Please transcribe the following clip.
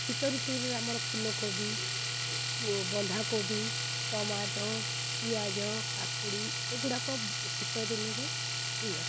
ଶୀତଋତୁରେ ଆମର ଫୁଲକୋବି ବନ୍ଧାକୋବି ଟମାଟ ପିଆଜ କାକୁଡ଼ି ଏଗୁଡ଼ାକ ଶୀତ ଦିନରେ ହୁଏ